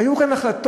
היו כאן החלטות,